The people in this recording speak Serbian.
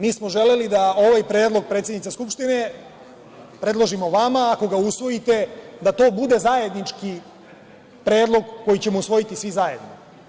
Mi smo želeli da ovaj Predlog, predsednice Skupštine, predložimo vama, ako ga usvojite, da to bude zajednički Predlog koji ćemo usvojiti svi zajedno.